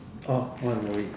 orh what movie